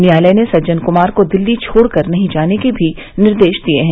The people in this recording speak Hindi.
न्यायालय ने सज्जन क्मार को दिल्ली छोड़कर नहीं जाने का भी निर्देश दिया है